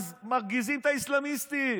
מרגיזים את האסלאמיסטים,